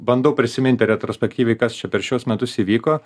bandau prisiminti retrospektyviai kas čia per šiuos metus įvyko